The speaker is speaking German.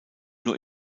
nur